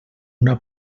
una